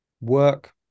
work